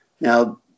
Now